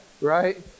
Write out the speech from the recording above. Right